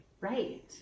Right